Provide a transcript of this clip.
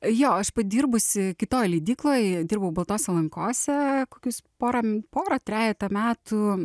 jo aš padirbusi kitoj leidykloj dirbau baltose lankose kokius porą m porą trejetą metų